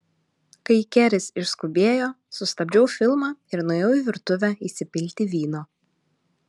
kai keris išskubėjo sustabdžiau filmą ir nuėjau į virtuvę įsipilti vyno